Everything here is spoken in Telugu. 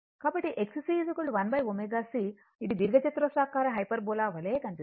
కాబట్టి XC 1 ω C ఇది దీర్ఘచతురస్రాకార హైపర్బోలా వలె కనిపిస్తుంది